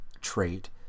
trait